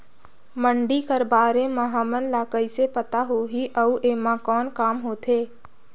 मंडी कर बारे म हमन ला कइसे पता होही अउ एमा कौन काम होथे?